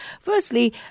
firstly